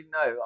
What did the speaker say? no